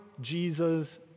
Jesus